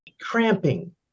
cramping